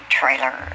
trailer